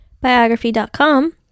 Biography.com